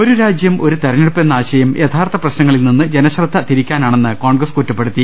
ഒരു രാജ്യം ഒരു തിരഞ്ഞെടുപ്പ് എന്ന ആശയം യഥാർത്ഥ പ്രശ്ന ങ്ങളിൽനിന്ന് ജനശ്രദ്ധ തിരിക്കാനാണെന്ന് കോൺഗ്രസ് കുറ്റപ്പെടുത്തി